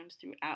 throughout